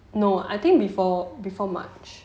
no I think before before march